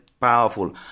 powerful